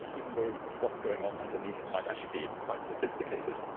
even though what's going on underneath might actually be quite sophisticated.